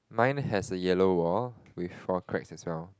mine has a yellow wall with four cracks as well